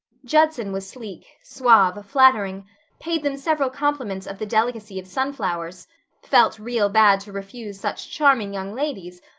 judson was sleek, suave, flattering paid them several compliments of the delicacy of sunflowers felt real bad to refuse such charming young ladies.